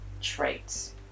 traits